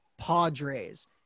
Padres